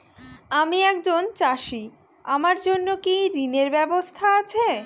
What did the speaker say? আমি একজন চাষী আমার জন্য কি ঋণের ব্যবস্থা আছে?